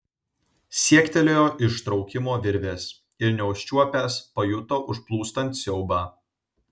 siektelėjo ištraukimo virvės ir neužčiuopęs pajuto užplūstant siaubą